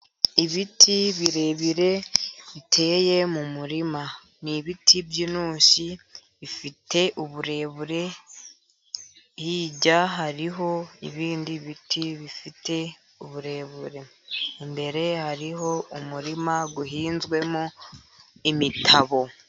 Ibiti birebire biteye mu murima ni ibiti by'intusi ifite uburebure, hirya hariho ibindi biti bifite uburebure, imbere hariho umurima uhinzwemo imitabo.